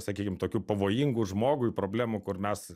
sakykim tokių pavojingų žmogui problemų kur mes